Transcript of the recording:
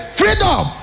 freedom